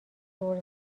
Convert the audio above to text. دور